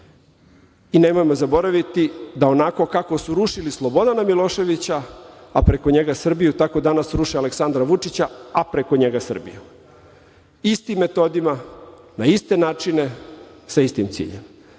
I nemojmo zaboraviti da onako kako su rušili Slobodana Miloševića, a preko njega Srbiju, tako danas ruše Aleksandra Vučića, a preko njega Srbiju, istim metodima, na iste načine, sa istim ciljem. Dakle,